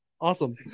awesome